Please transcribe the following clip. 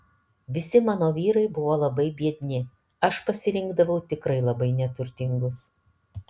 visi mano vyrai buvo labai biedni aš pasirinkdavau tikrai labai neturtingus